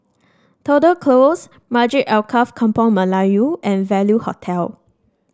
Tudor Close Masjid Alkaff Kampung Melayu and Value Hotel